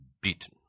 beaten